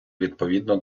відповідно